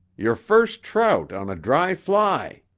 your first trout on a dry fly!